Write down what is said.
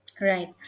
right